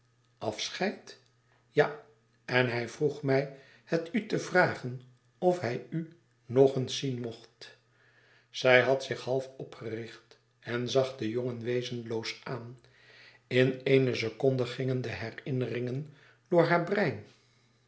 afscheid ja en hij vroeg mij het u te vragen of hij u nog eens zien mocht zij had zich half opgericht en zag den jongen wezenloos aan in eene seconde gingen de herinneringen door haar brein